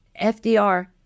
FDR